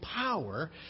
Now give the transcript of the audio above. power